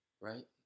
Right